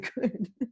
good